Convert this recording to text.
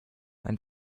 einem